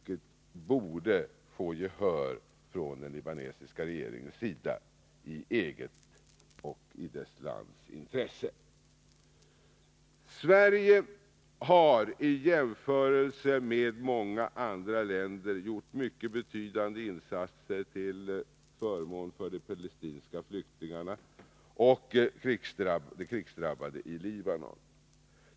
Detta borde också den libanesiska regeringen för landets egen skull ha intresse av. Sverige har i jämförelse med många andra länder gjort mycket betydande insatser till förmån för de palestinska flyktingarna och de krigsdrabbade i Libanon.